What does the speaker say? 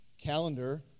calendar